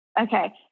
Okay